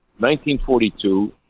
1942